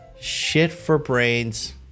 shit-for-brains